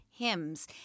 hymns